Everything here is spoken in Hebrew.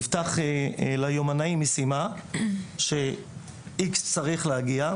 נפתחת ליומנאי משימה ש-X צריך להגיע.